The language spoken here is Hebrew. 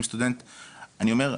אני אומר,